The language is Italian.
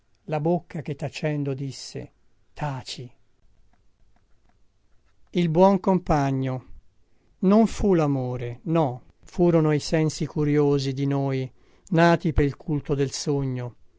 la bocca che tacendo disse taci questo testo è stato riletto e controllato il buon compagno non fu lamore no furono i sensi curiosi di noi nati pel culto del sogno